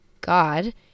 God